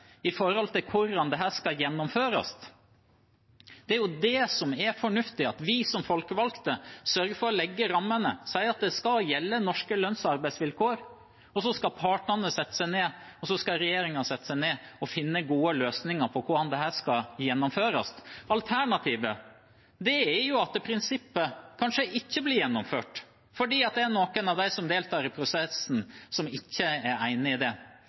som er fornuftig, er at vi som folkevalgte sørger for å legge rammene og si at det skal gjelde norske lønns- og arbeidsvilkår, og så skal både partene og regjeringen sette seg ned og finne gode løsninger på hvordan dette skal gjennomføres. Alternativet er jo at prinsippet kanskje ikke blir gjennomført fordi det er noen av dem som deltar i prosessen, som ikke er enig i det.